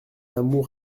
amour